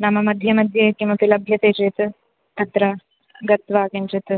नाममध्ये मध्ये किमपि लभ्यते चेत् तत्र गत्वा किञ्चित्